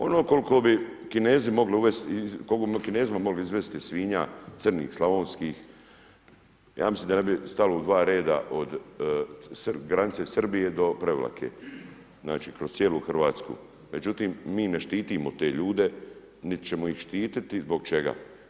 Ono koliko bi Kinezima mogli izvesti svinja, crnih slavonskih, ja mislim da ne bi stalo u dva reda od granice Srbije do Prevlake, znači kroz cijelu Hrvatsku međutim mi ne štitimo te ljude niti ćemo ih štititi, zbog čega?